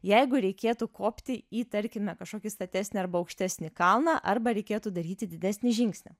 jeigu reikėtų kopti į tarkime kažkoki statesnį arba aukštesnį kalną arba reikėtų daryti didesnį žingsnį